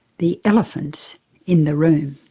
the elephants in the room.